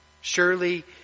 surely